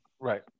Right